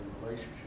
relationship